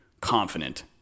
confident